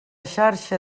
xarxa